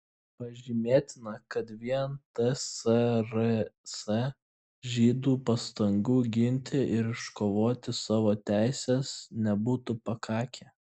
pažymėtina kad vien tsrs žydų pastangų ginti ir iškovoti savo teises nebūtų pakakę